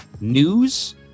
news